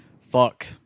fuck